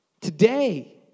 today